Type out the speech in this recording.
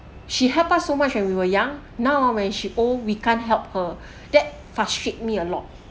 she help us so much when we were young now ah when she old we can't help her that frustrate me a lot